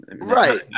Right